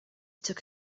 took